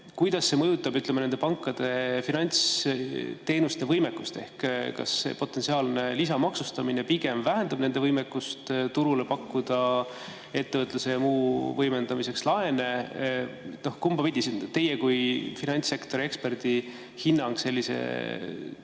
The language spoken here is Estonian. kuidas see mõjutab nende pankade finantsteenuste võimekust? Kas see potentsiaalne lisamaksustamine pigem vähendab nende võimekust turul pakkuda ettevõtluse ja muu võimendamiseks laene? Milline on teie kui finantssektori eksperdihinnang sellise